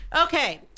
okay